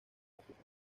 áfrica